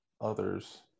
others